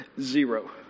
Zero